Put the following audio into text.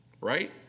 right